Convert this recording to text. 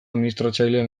administratzaile